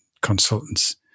consultants